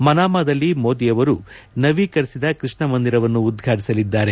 ಮನಾಮಾದಲ್ಲಿ ಮೋದಿಯವರು ನವೀಕರಿಸಿದ ಕೃಷ್ಣ ಮಂದಿರವನ್ನು ಉದ್ಘಾಟಿಸಲಿದ್ದಾರೆ